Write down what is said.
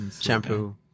Shampoo